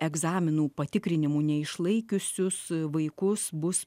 egzaminų patikrinimų neišlaikiusius vaikus bus